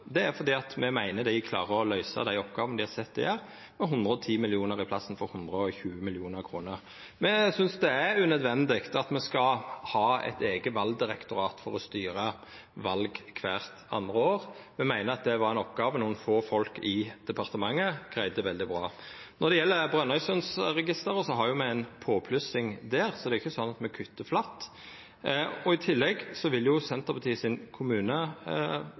Det er fordi me meiner at dei klarer å løysa dei oppgåvene dei er sette til å gjera, med 110 mill. kr i staden for 120 mill. kr. Me synest det er unødvendig at me skal ha eit eige valdirektorat for å styra val kvart andre år. Me meiner det er ei oppgåve nokre få folk i departementet greidde veldig bra. Når det gjeld Brønnøysundregistera, har me ei påplussing der, så det er ikkje sånn at me kuttar flatt. I tillegg